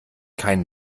kein